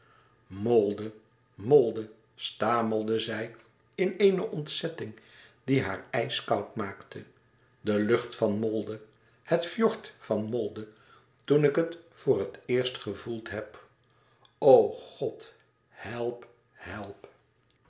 molde molde stamelde zij in eene ontzetting die haar ijskoud maakte de lucht van molde het fjord van molde toen ik het voor het eerst gevoeld heb o god help help